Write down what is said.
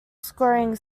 scoring